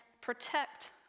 protect